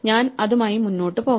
ഞാൻ അതുമായി മുന്നോട്ട് പോകണം